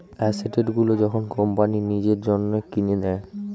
asset গুলো যখন company নিজের জন্য কিনে নেয়